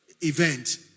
event